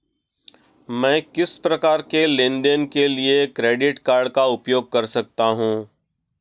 मैं किस प्रकार के लेनदेन के लिए क्रेडिट कार्ड का उपयोग कर सकता हूं?